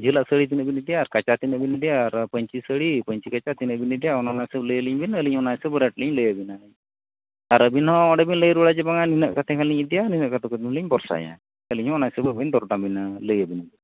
ᱡᱷᱟᱹᱞᱟᱜ ᱥᱟᱹᱲᱤ ᱛᱤᱱᱟᱹᱜᱼᱮᱢ ᱤᱫᱤᱭᱟ ᱟᱨ ᱠᱟᱪᱷᱟ ᱛᱤᱱᱟᱹᱜ ᱵᱤᱱ ᱤᱫᱤᱭᱟ ᱟᱨ ᱯᱟᱹᱧᱪᱤ ᱥᱟᱹᱲᱤ ᱯᱟᱹᱧᱪᱤ ᱠᱟᱪᱷᱟ ᱛᱤᱱᱟᱹᱜ ᱵᱤᱱ ᱤᱫᱤᱭᱟ ᱚᱱᱟ ᱞᱟᱦᱟ ᱦᱤᱥᱟᱹᱵᱽ ᱞᱟᱹᱭᱟᱞᱤᱧ ᱵᱮᱱ ᱟᱹᱞᱤᱧ ᱚᱱᱟ ᱦᱤᱥᱟᱹᱵᱽ ᱨᱮᱹᱴ ᱞᱤᱧ ᱞᱟᱹᱭᱟᱵᱤᱱᱟ ᱟᱨ ᱟᱵᱤᱱ ᱦᱚᱸ ᱚᱸᱰᱮ ᱵᱤᱱ ᱞᱟᱹᱭ ᱨᱩᱣᱟᱹᱲᱟ ᱡᱮ ᱵᱟᱝᱟ ᱱᱤᱱᱟᱹᱜ ᱠᱟᱛᱮ ᱦᱟᱸᱜᱼᱞᱤᱧ ᱤᱫᱤᱭᱟ ᱱᱤᱱᱟᱹᱜ ᱠᱟᱛᱮᱫ ᱠᱷᱟᱱ ᱫᱚᱞᱤᱧ ᱵᱷᱚᱨᱥᱟᱭᱟ ᱟᱹᱞᱤᱧ ᱦᱚᱸ ᱚᱱᱟ ᱦᱤᱥᱟᱹᱵᱽ ᱫᱚᱨᱫᱟᱢ ᱞᱟᱹᱭᱟᱵᱤᱱᱟ